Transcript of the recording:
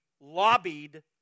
lobbied